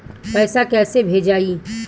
पैसा कैसे भेजल जाइ?